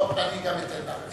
טוב, אני אתן גם לך לשאול.